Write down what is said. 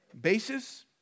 basis